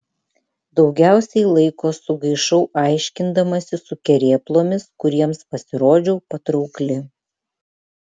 daugiausiai laiko sugaišau aiškindamasi su kerėplomis kuriems pasirodžiau patraukli